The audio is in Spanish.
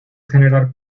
generar